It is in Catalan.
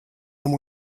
amb